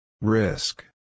Risk